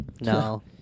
No